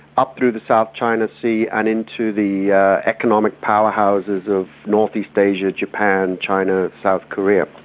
up through the south china sea and into the economic powerhouses of northeast asia japan, china, south korea.